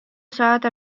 saada